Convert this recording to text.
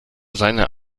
seine